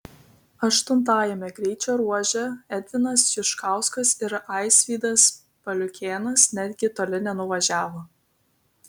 aštuntajame greičio ruože edvinas juškauskas ir aisvydas paliukėnas netgi toli nenuvažiavo